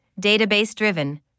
database-driven